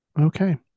okay